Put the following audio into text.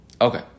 Okay